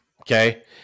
Okay